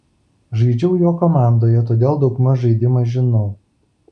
žaidžiau jo komandoje todėl daug maž žaidimą žinau